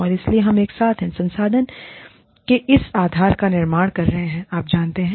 और इसलिए हम एक साथ हैं संसाधन के इस आधार का निर्माण कर रहे हैं आप जानते हैं